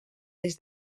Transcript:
des